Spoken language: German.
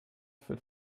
führt